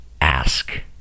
ask